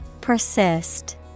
Persist